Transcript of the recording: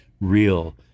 real